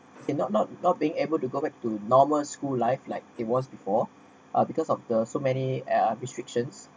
okay not not not being able to go back to normal school life like it was before uh because of the so many uh restrictions